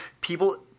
people